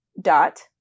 dot